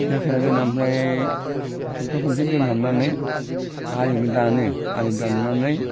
दै सोना दोनो ओमफ्राय सप्ता खनसे दोनखांनानै आलिखौ दानो आलि दाननानै